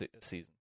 season